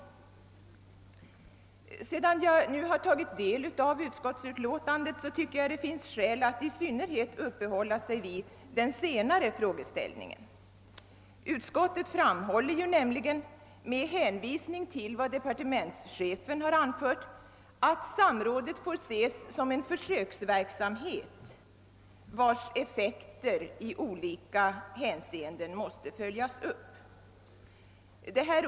Sedan jag nu har tagit del av utskottsutlåtandet tycker jag det finns skäl att i synnerhet uppehålla sig vid den senare frågeställningen. Utskottet framhåller nämligen, med hänvisning till vad departementschefen har anfört, att samrådet får ses som en försöksverksamhet, vars effekter i olika hänseenden måste följas upp.